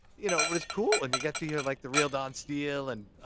you know, it was cool. and you got to hear like the real don steele, and,